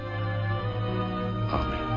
Amen